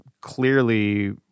clearly